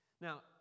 Now